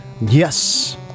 Yes